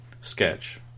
sketch